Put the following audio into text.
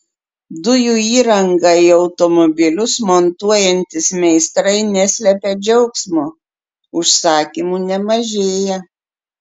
dujų įrangą į automobilius montuojantys meistrai neslepia džiaugsmo užsakymų nemažėja